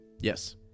yes